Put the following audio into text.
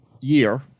year